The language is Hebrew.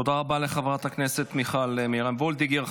תודה רבה לחברת הכנסת מיכל מרים וולדיגר.